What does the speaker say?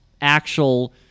actual